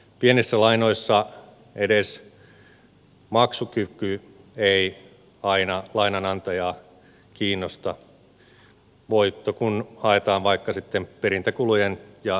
pienissä lainoissa edes maksukyky ei aina lainanantajaa kiinnosta voitto kun haetaan vaikka sitten perintäkulujen ja viivästysseuraamusten kautta